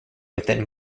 within